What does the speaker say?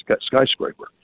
skyscraper